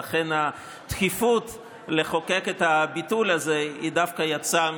ולכן הדחיפות לחוקק את הביטול הזה יצאה